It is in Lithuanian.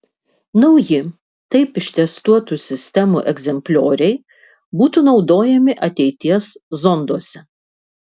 nauji taip ištestuotų sistemų egzemplioriai būtų naudojami ateities zonduose